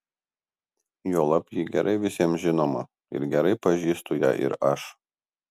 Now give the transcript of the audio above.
juolab ji gerai visiems žinoma ir gerai pažįstu ją ir aš